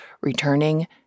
returning